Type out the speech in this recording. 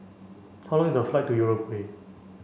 how long is the flight to Uruguay